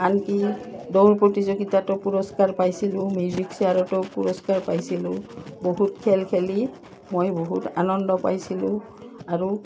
আনকি দৌৰ প্ৰতিযোগিতাটো পুৰস্কাৰ পাইছিলোঁ মিউজিক চেয়াৰতো পুৰস্কাৰ পাইছিলোঁ বহুত খেল খেলি মই বহুত আনন্দ পাইছিলোঁ আৰু